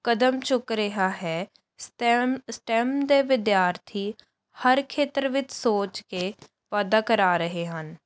ਕਦਮ ਚੁੱਕ ਰਿਹਾ ਹੈ ਸਤੈਮ ਸਟੈਮ ਦੇ ਵਿਦਿਆਰਥੀ ਹਰ ਖੇਤਰ ਵਿੱਚ ਸੋਚ ਕੇ ਵਾਧਾ ਕਰਾ ਰਹੇ ਹਨ